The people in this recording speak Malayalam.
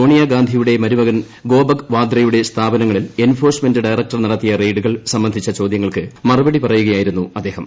സോണിയ ഗാന്ധിയുടെ മരുമകൻ ഗോപക് വാദ്രയുടെ സ്ഥാപനങ്ങളിൽ എൻഫോഴ്സ്മെന്റ് ഡയറക്ടർ നടത്തിയ റെയ്ഡുകൾ സംബന്ധിച്ച ചോദ്യങ്ങൾക്ക് മറുപടി പറയുകയായിരുന്നു അദ്ദേഹം